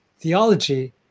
theology